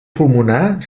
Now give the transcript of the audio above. pulmonar